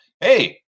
hey